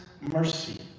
mercy